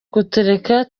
kutureka